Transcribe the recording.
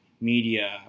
media